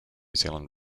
zealand